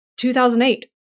2008